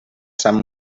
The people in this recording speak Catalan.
sant